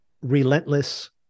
relentless